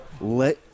let